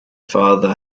father